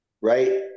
right